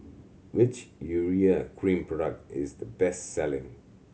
which Urea Cream product is the best selling